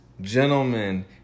gentlemen